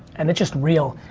and it's just real.